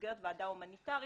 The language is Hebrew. במסגרת ועדה הומניטרית,